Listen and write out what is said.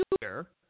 computer